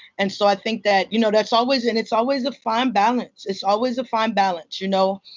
and so i think that you know that's always. and it's always a fine balance. it's always a fine balance. you know?